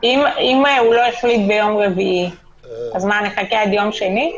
אם הוא לא החליט ביום רביעי, אז נחכה עד יום שני?